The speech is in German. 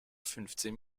fünfzehn